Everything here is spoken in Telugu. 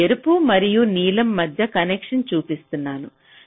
నేను ఎరుపు మరియు నీలం మధ్య కనెక్షన్ చూపిస్తున్నాను